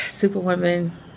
Superwoman